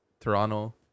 Toronto